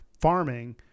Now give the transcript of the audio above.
farming